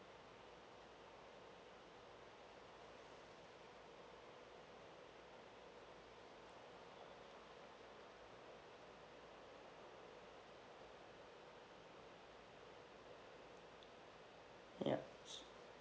yup